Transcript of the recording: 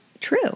true